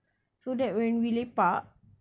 so that when we lepak